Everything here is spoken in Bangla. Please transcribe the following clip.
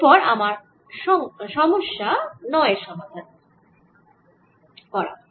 এর পর আমরা সমস্যা 9 এর সমাধান করব